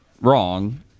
wrong